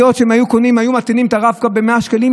הם היו מטעינים הרב-קו ב-100 שקלים,